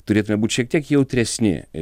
turėtume būt šiek tiek jautresni